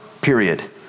period